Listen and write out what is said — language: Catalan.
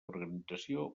organització